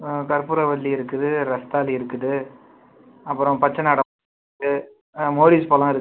கற்பூரவள்ளி இருக்குது ரஸ்த்தாலி இருக்குது அப்புறம் பச்சைநாடா இருக்குது மோரிஸ் பழம் இருக்கு